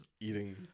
eating